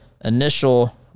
initial